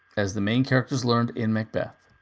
as the main characters learned in macbeth.